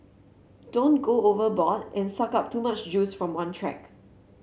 don't go overboard and suck up too much juice from one track